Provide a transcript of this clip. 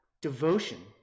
devotion